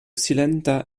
silenta